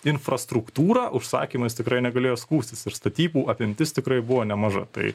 infrastruktūrą užsakymais tikrai negalėjo skųstis ir statybų apimtis tikrai buvo nemaža tai